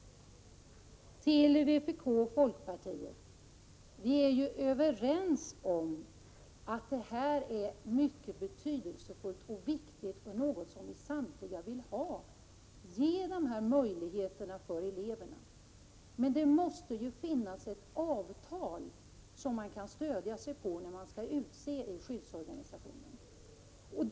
Till vpk och folkpartiet vill jag säga att vi är överens om att skyddsarbetet är mycket betydelsefullt. Det är ju något som vi samtliga vill göra eleverna delaktiga i. Men det måste finnas ett avtal att stödja sig på när man skall utse skyddsorganisationen.